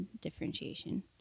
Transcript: differentiation